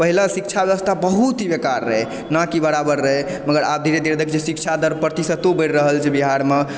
पहिले शिक्षा व्यवस्था बहुत ही बेकार रहय ना के बराबर रहय मगर आब धीरे धीरे देखैत छियै शिक्षा दर प्रतिशतो बढ़ि रहल छै बिहारमे